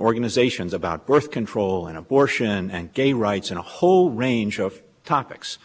organizations about birth control and abortion and gay rights and a whole range of topics